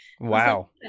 Wow